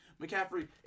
McCaffrey